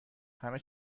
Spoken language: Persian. همه